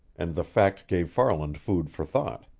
and the fact gave farland food for thought.